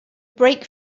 brake